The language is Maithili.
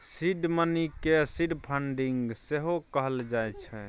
सीड मनी केँ सीड फंडिंग सेहो कहल जाइ छै